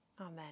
Amen